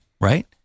right